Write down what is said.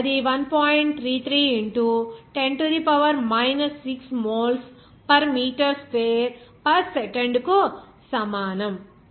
33 into 10 to the power minus 6 moles per metre square per second కు సమానం